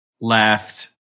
left